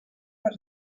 per